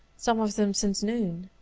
some of them since noon.